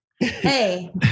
Hey